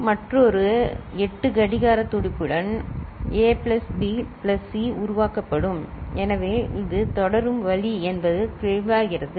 எனவே மற்றொரு 8 கடிகார துடிப்புடன் A plus B plus C உருவாக்கப்படும் எனவே இது தொடரும் வழி என்பது தெளிவாகிறது